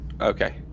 Okay